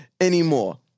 anymore